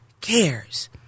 cares